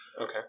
Okay